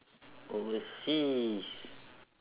overseas